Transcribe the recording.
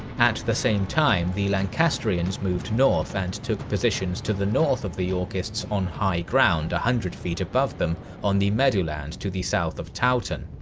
at the same time, the lancastrians moved north and took positions to the north of the yorkists on high ground a hundred feet above them, on the meadowland to the south of towton.